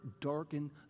darken